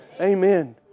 Amen